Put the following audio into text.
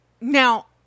Now